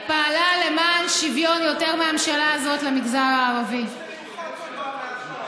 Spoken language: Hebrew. אין ממשלה שפעלה למען שוויון למגזר הערבי יותר מהממשלה הזאת.